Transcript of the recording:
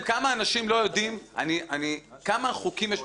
לעיסאווי אין